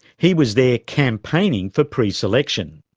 he was there campaigning for pre-selection.